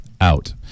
out